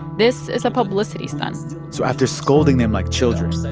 this is a publicity stunt so after scolding them like children,